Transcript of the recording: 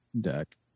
deck